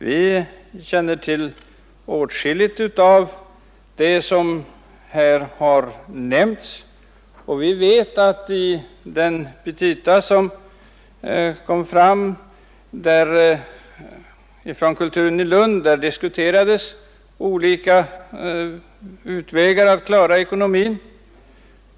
Vi känner till åtskilligt av det som här har nämnts och vi vet att i den petitaskrivelse som kom från Kulturen i Lund diskuterades utvägar att klara ekonomin.